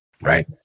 right